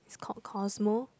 is called Cosmo